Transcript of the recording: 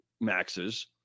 maxes